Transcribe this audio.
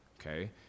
okay